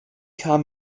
kam